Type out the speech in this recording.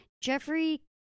jeffrey